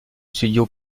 studio